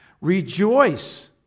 Rejoice